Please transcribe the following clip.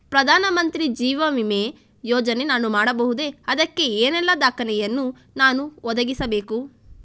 ಪ್ರಧಾನ ಮಂತ್ರಿ ಜೀವ ವಿಮೆ ಯೋಜನೆ ನಾನು ಮಾಡಬಹುದೇ, ಅದಕ್ಕೆ ಏನೆಲ್ಲ ದಾಖಲೆ ಯನ್ನು ನಾನು ಒದಗಿಸಬೇಕು?